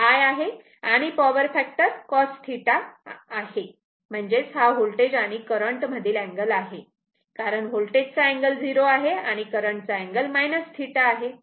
हे I आहे आणि पॉवर फॅक्टर cos θ आहे म्हणजेच हा होल्टेज आणि करंट मधील अँगल आहे कारण होल्टेज चा अँगल 0 आहे आणि करंट अँगल θ आहे